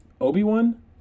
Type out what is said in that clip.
Obi-Wan